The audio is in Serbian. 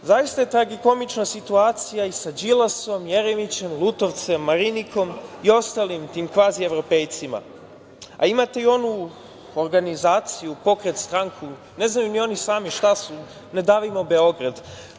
Zaista je tragikomična situacija i sa Đilasom, Jeremićem, Lutovcem, Marinikom i ostalim tim kvazievropejcima, a imate i onu organizaciju, pokret, stranku, ne znaju ni oni sami šta su, „Ne davimo Beograd“